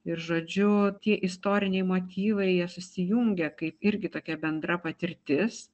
ir žodžiu tie istoriniai motyvai jie susijungia kaip irgi tokia bendra patirtis